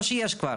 או שיש כבר?